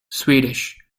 swedish